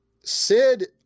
Sid